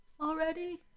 already